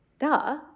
duh